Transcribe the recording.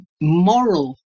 moral